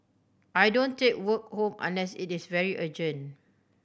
I don't take work home unless it is very urgent